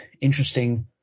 interesting